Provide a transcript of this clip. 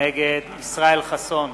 נגד ישראל חסון,